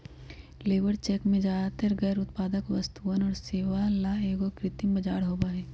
labour check में ज्यादातर गैर उत्पादक वस्तुअन और सेवा ला एगो कृत्रिम बाजार होबा हई